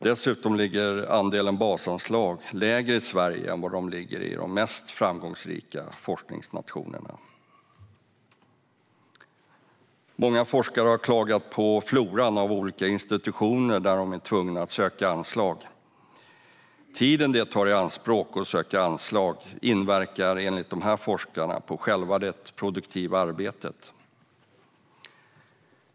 Dessutom ligger andelen basanslag lägre i Sverige än vad den gör i de mest framgångsrika forskningsnationerna. Många forskare har klagat på floran av olika institutioner där de är tvungna att söka anslag. Tiden det tar i anspråk att söka anslag inverkar enligt de forskarna på det produktiva arbetet.